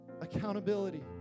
accountability